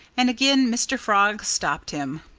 and again mr. frog stopped him.